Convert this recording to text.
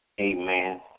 Amen